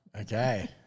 Okay